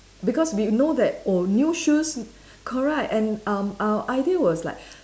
because we know that oh new shoes correct and um our idea was like